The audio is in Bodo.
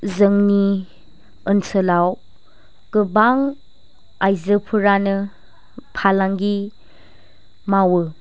जोंनि ओनसोलाव गोबाां आयजोफोरानो फालाांगि मावो